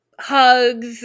hugs